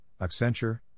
Accenture